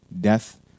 Death